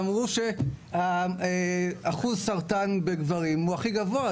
אמרו שאחוז סרטן בגברים הוא הכי גבוה.